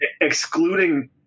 excluding